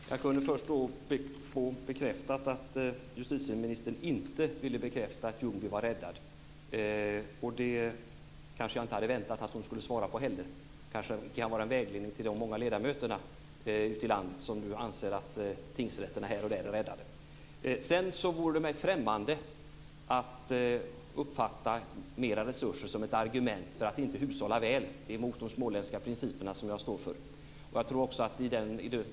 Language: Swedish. Fru talman! Jag kunde först få bekräftat att justitieministern inte ville bekräfta att Ljungby var räddad. Jag hade inte heller väntat att hon skulle svara. Det kanske kan vara en vägledning till de många ledamöter ute i landet som anser att tingsrätter här och där är räddade. Det vore mig främmande att uppfatta mera resurser som ett argument för att inte hushålla väl. Det är mot de småländska principer jag står för.